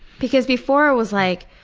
because before it was like,